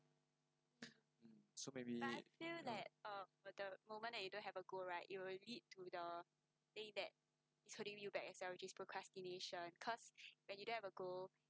so maybe